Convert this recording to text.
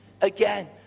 again